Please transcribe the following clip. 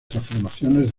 transformaciones